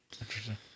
Interesting